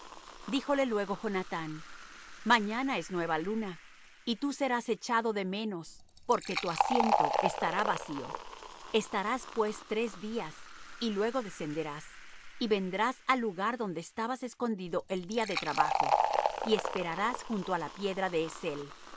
díjole luego jonathán mañana es nueva luna y tú serás echado de menos porque tu asiento estará vacío estarás pues tres días y luego descenderás y vendrás al lugar donde estabas escondido el día de trabajo y esperarás junto á la piedra de ezel